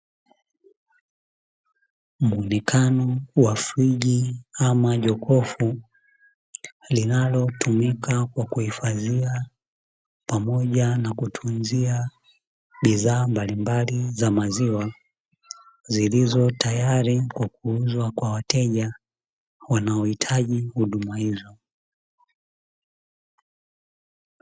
Muonekano wa friji ama jokofu linalotumika kwa kuhifadhia pamoja na kutunzia bidhaa mbalimbali za maziwa zilizo tayari kwa kuuzwa kwa wateja wanaohitaji huduma hizo.